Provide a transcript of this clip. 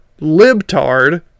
libtard